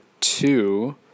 two